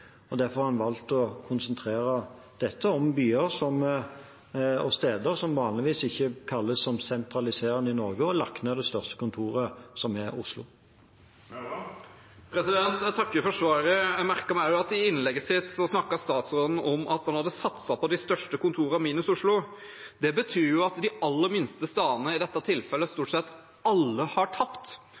IKT. Derfor har vi valgt å konsentrere dette om byer og steder som vanligvis ikke anses å være sentraliserende i Norge, og har lagt ned det største kontoret, som er i Oslo. Jeg takker for svaret. Jeg merket meg også at i innlegget sitt snakket statsråden om at man hadde satset på de største kontorene minus Oslo. Det betyr at i dette tilfellet har stort sett alle de aller minste stedene tapt,